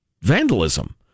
vandalism